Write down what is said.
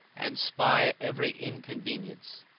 and spy every inconvenience.